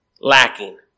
lacking